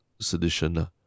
sedition